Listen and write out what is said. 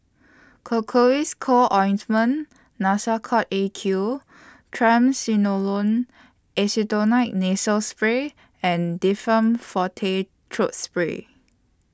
Cocois Co Ointment Nasacort A Q Triamcinolone Acetonide Nasal Spray and Difflam Forte Throat Spray